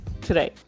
today